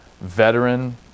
veteran